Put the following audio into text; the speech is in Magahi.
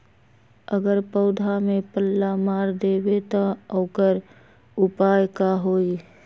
अगर पौधा में पल्ला मार देबे त औकर उपाय का होई?